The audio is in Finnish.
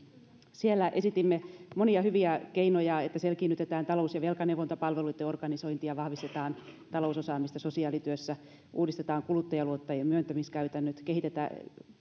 siellä esitimme monia hyvä keinoja selkiinnytetään talous ja velkaneuvontapalveluitten organisointia vahvistetaan talousosaamista sosiaalityössä uudistetaan kuluttajaluottojen myöntämiskäytännöt kehitetään